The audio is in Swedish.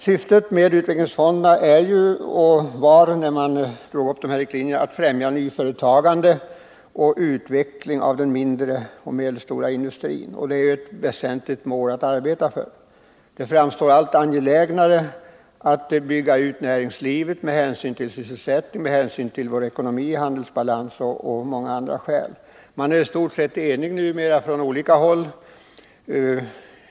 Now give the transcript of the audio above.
Syftet med utvecklingsfonderna var ju att främja nyföretagande och utveckling i den mindre och medelstora industrin, och det är ju ett väsentligt målatt arbeta för. Det framstår som allt angelägnare att bygga ut näringslivet med hänsyn till sysselsättning, ekonomi och handelsbalans — och av många andra skäl. Man är i stort sett enig numera på olika håll.